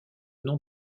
nom